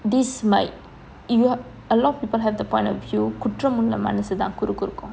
this might if you a lot of people have the point of view குற்றம் உள்ள மனசு தான் குறுகுறுக்கும்:kutram ulla manasu thaan kurukurukkum